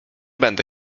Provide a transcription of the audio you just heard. będę